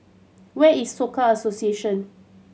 where is Soka Association